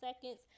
seconds